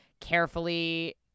carefully